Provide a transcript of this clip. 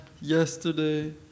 yesterday